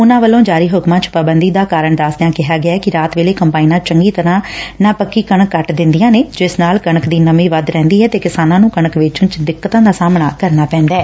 ਉਨਾਂ ਵੱਲੋਂ ਜਾਰੀ ਹੁਕਮਾਂ ਚ ਪਾਬੰਦੀ ਦਾ ਕਾਰਨ ਦਸਦਿਆਂ ਕਿਹਾ ਗਿਆ ਕਿ ਰਾਤ ਵੇਲੇ ਕੰਬਾਇਨਾਂ ਚੰਗੀ ਤਰਾਂ ਨਾ ਪੱਕੀ ਕਣਕ ਕੱਟ ਦਿੰਦਿਆਂ ਨੇ ਜਿਸ ਨਾਲ ਕਣਕ ਵਿਚ ਨਮੀ ਵੱਧ ਰਹਿੰਦੀ ਐ ਤੇ ਕਿਸਾਨਾਂ ਨੂੰ ਕਣਕ ਵੇਚਣ ਚ ਦਿੱਕਤਾਂ ਦਾ ਸਾਹਮਣਾ ਕਰਨਾ ਪੈਦਾ ਏ